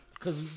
Cause